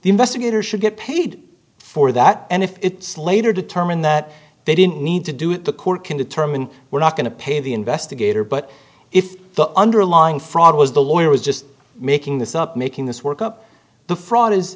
the investigator should get paid for that and if it's later determined that they didn't need to do it the court can determine we're not going to pay the investigator but if the underlying fraud was the lawyer was just making this up making this work up the fr